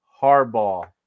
Harbaugh